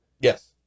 yes